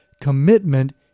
commitment